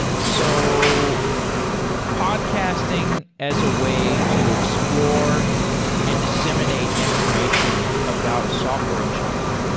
so podcasting as a way to explore and disseminate information about software engineering.